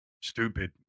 stupid